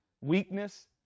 weakness